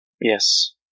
Yes